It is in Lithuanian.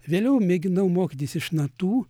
vėliau mėginau mokytis iš natų